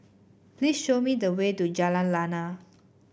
please show me the way to Jalan Lana